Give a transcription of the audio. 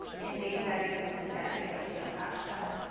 and maybe that includes that getotl hashtag.